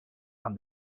and